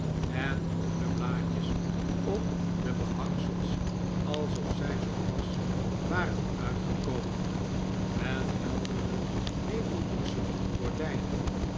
en groene blaadjes op de behangsels alsof zij zoo pas waren uitgekomen met heldere neteldoeksche gordijnen